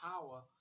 power